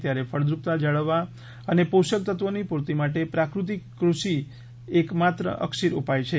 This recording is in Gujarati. ત્યારે ફળદ્રુપતા જાળવવા અને પોષક તત્વોની પૂર્તિ માટે પ્રાકૃતિક કૃષિ જ એક માત્ર અકસીર ઉપાય છે